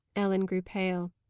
ellen grew pale.